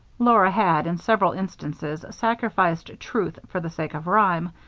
laura had, in several instances, sacrificed truth for the sake of rhyme,